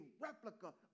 replica